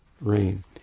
rain